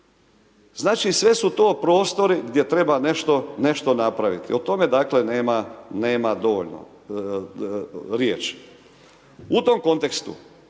znači sve su to prostori gdje treba nešto napraviti, o tome nema dovoljno riječi. U tom kontekstu,